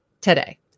Today